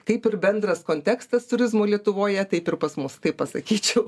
kaip ir bendras kontekstas turizmo lietuvoje taip ir pas mus taip pasakyčiau